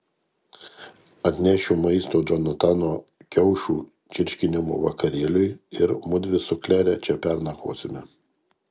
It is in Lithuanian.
atnešiu maisto džonatano kiaušų čirškinimo vakarėliui ir mudvi su klere čia pernakvosime